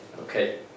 Okay